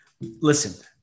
listen